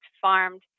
farmed